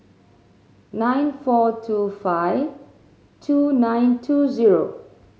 nine four two five two nine two zero